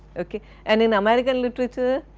ok and in american literature,